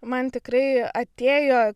man tikrai atėjo